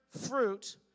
fruit